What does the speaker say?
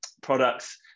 products